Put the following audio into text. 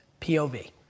POV